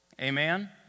Amen